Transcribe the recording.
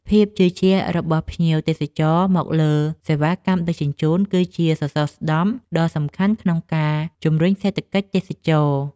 ភាពជឿជាក់របស់ភ្ញៀវទេសចរមកលើសេវាកម្មដឹកជញ្ជូន គឺជាសសរស្តម្ភដ៏សំខាន់ក្នុងការជំរុញសេដ្ឋកិច្ចទេសចរណ៍។